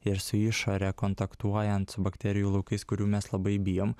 ir su išore kontaktuojant su bakterijų laukais kurių mes labai bijom